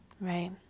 Right